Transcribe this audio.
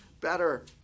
better